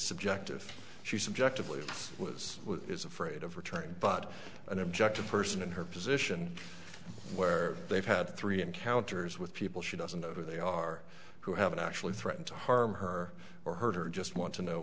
subjective she subjectively was is afraid of her trying but an objective person in her position where they've had three encounters with people she doesn't know who they are who haven't actually threatened to harm her or hurt her just want to know